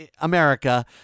America